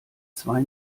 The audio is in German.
zwei